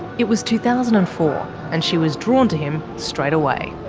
it was two thousand and four and she was drawn to him straight away.